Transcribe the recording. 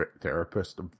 Therapist